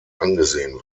angesehen